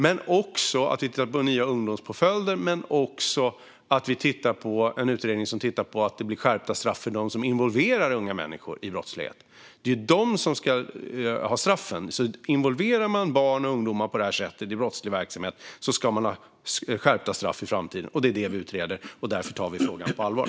Men vi tittar också på nya ungdomspåföljder, och vi har en utredning som tittar på att det blir skärpta straff för dem som involverar unga människor i brottslighet. Det är de som involverar unga människor som ska ha straffen. Involverar man barn och ungdomar på detta sätt i brottslig verksamhet ska man få skärpta straff för det i framtiden. Det är detta som vi utreder. Därför tar vi frågan på allvar.